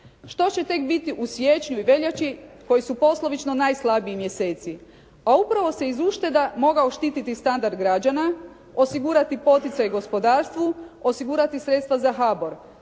Što će tek biti u siječnju i veljači koji su poslovično najslabiji mjeseci? A upravo se iz ušteda mogao štititi standard građana, osigurati poticaj gospodarstvu, osigurati sredstva za HABOR.